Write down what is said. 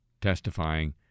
testifying